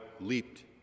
leaped